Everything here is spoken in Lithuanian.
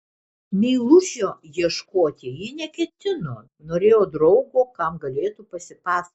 meilužio ieškoti ji neketino norėjo draugo kam galėtų pasipasakoti